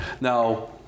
Now